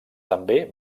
també